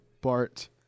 Bart